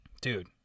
Dude